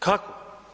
Kako?